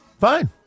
Fine